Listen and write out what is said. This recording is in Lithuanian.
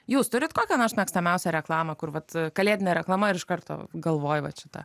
jūs turit kokią nors mėgstamiausią reklamą kur vat kalėdinė reklama ir iš karto galvoj vat šita